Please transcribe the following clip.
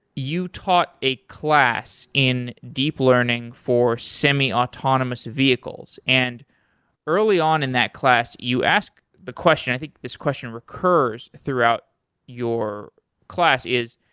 you taught a class in deep learning for semiautonomous vehicles, and early on in that class you ask the question i think this question recurs throughout your class is,